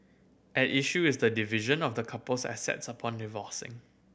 at issue is the division of the couple's assets upon divorcing